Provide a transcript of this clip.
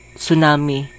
tsunami